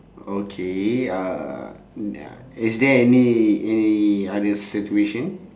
okay uh ya is there any any other situation